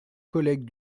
collègues